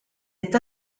est